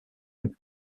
him